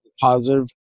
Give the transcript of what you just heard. positive